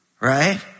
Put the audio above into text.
right